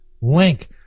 link